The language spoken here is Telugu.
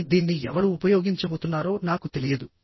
కానీ దీన్ని ఎవరు ఉపయోగించబోతున్నారో నాకు తెలియదు